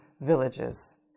villages